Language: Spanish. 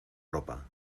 ropa